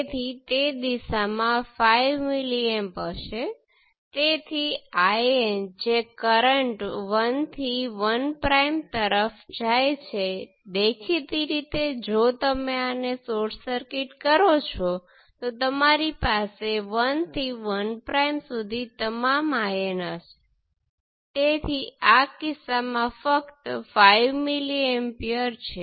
તેથી Z11 એ બીજું કંઈ નથી પોર્ટ 2 માં પોર્ટ 2 ઓપન સર્કિટ સાથે જોતા રેઝિસ્ટન્સ અને જો તમે પોર્ટ 1 પર નજર નાખો તો તમે સિરિઝ માં આ બે રેઝિસ્ટરનો કોમ્બિનેશન જોશો જે તમને 2 કિલો Ω રેઝિસ્ટન્સ આપે છે